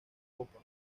copa